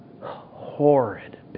horrid